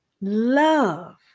love